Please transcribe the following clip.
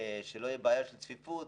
שלא תהיה בעיה של צפיפות.